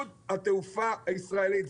לעידוד התעופה הישראלית.